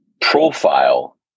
profile